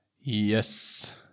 Yes